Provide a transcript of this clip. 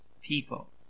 people